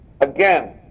Again